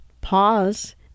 pause